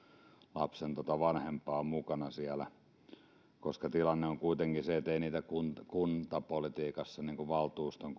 lapsen vanhempaa mukana siellä tilanne on kuitenkin se ettei kuntapolitiikassa niitä valtuuston